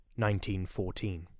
1914